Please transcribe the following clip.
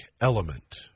element